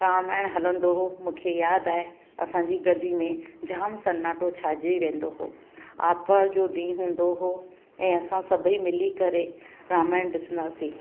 रामायण हलंदो हो मूंखे यादि आहे असांजी गली में जामु सनाटो छाइजी वेंदो हो आरितवार जो ॾींहुं हूंदो हो ऐं असां सभेई मिली करे रामायण ॾिसंदासीं